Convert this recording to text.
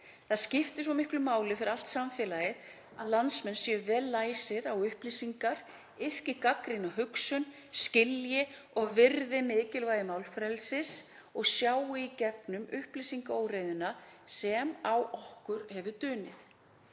Það skiptir svo miklu máli fyrir allt samfélagið að landsmenn séu vel læsir á upplýsingar, iðki gagnrýna hugsun, skilji og virði mikilvægi málfrelsis og sjái í gegnum upplýsingaóreiðuna sem á okkur hefur dunið.